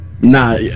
nah